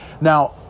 Now